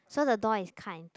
so the door is cut into